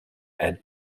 add